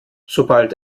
sobald